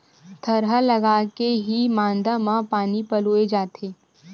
थरहा लगाके के ही मांदा म पानी पलोय जाथे